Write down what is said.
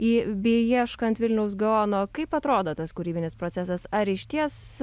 į beieškant vilniaus gaono kaip atrodo tas kūrybinis procesas ar išties